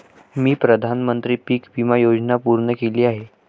मी प्रधानमंत्री पीक विमा योजना पूर्ण केली आहे